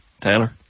Taylor